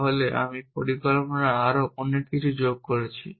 তাহলে আমি পরিকল্পনায় আরও কিছু যোগ করেছি